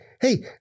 Hey